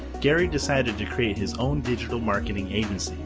gary decided to create his own digital marketing agency.